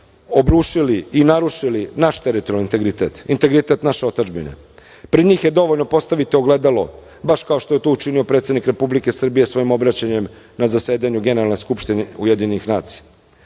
obrušili i narušili naš teritorijalni integritet, integritet naše otadžbine. Pred njih je dovoljno postaviti ogledalo, baš kao što je to učinio predsednik Republike Srbije svojim obraćanjem na zasedanju Generalne skupštine UN.Sjedinjene